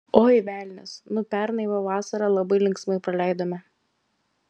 oi velnias nu pernai va vasarą labai linksmai praleidome